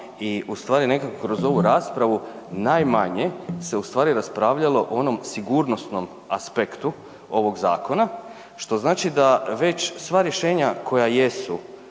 i ustvari nekako kroz ovu raspravu najmanje se raspravljalo o onom sigurnosnom aspektu ovog zakona što znači da već sva rješenja koja jesu